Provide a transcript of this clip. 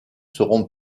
seront